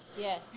Yes